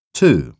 two